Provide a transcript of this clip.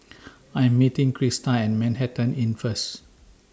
I Am meeting Crysta At Manhattan Inn First